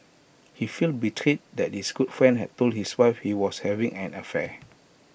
he felt betrayed that his good friend had told his wife he was having an affair